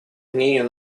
мнению